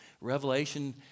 Revelation